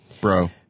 Bro